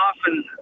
often